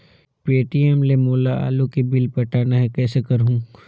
Paytm ले मोला आलू के बिल पटाना हे, कइसे करहुँ?